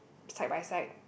side by side